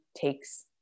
takes